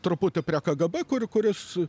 truputį prie kgb kur kuris